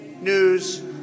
news